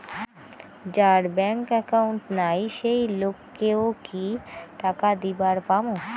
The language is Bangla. যার ব্যাংক একাউন্ট নাই সেই লোক কে ও কি টাকা দিবার পামু?